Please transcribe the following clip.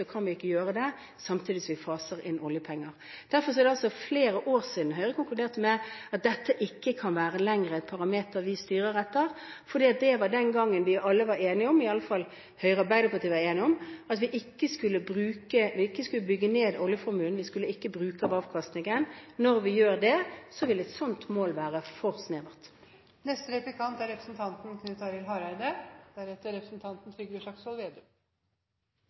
kan vi ikke gjøre det samtidig som vi faser inn oljepenger. Det er altså flere år siden Høyre konkluderte med at dette ikke lenger kan være et parameter som vi styrer etter. For det var den gangen da vi alle var enige om– iallfall Høyre og Arbeiderpartiet var enige om – at vi ikke skulle bygge ned oljeformuen, at vi ikke skulle bruke av avkastningen. Når vi gjør det, vil et slikt mål være